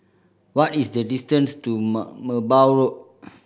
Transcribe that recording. what is the distance to Merbau Road